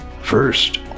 first